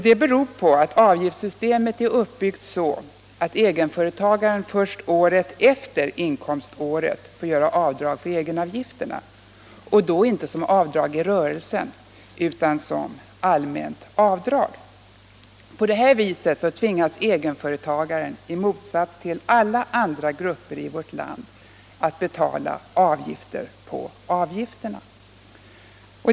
Det beror på att avgiftssystemet är så uppbyggt att egenföretagaren först året efter inkomståret får göra avdrag för egenavgifterna och då inte som avdrag i rörelsen utan som allmänt avdrag. På det viset tvingas egenföretagaren i motsats till alla andra grupper i vårt land att betala avgifter på avgifterna.